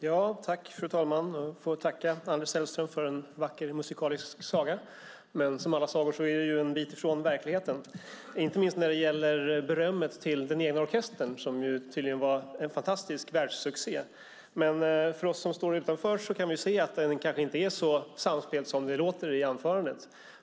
Fru talman! Jag får tacka Anders Sellström för en vacker musikalisk saga. Men som alla sagor är den en bit från verkligheten, inte minst berömmet till den egna orkestern. Den var tydligen en fantastisk världssuccé. Vi som står utanför kan se att den inte är så samspelt som det lät i anförandet.